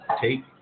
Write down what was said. take